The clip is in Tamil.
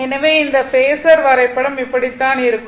எனவே இந்த r பேஸர் வரைபடம் இப்படித்தான் இருக்கும்